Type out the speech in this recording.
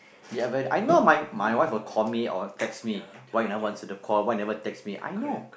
he haven't I know my my wife will call me or text me why you never answer the call why you never text me I know